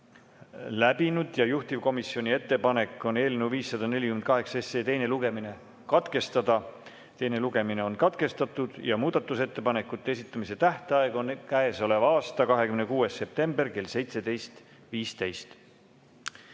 läbinud ja juhtivkomisjoni ettepanek on eelnõu 548 teine lugemine katkestada. Teine lugemine on katkestatud ja muudatusettepanekute esitamise tähtaeg on käesoleva aasta 26. september kell 17.15.